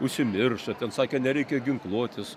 užsimiršo ten sakė nereikia ginkluotis